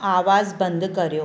आवाज़ु बंदि करियो